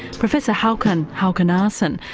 professor hakon hakonarsen,